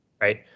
right